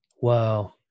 Wow